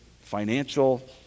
financial